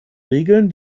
regeln